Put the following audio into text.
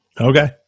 Okay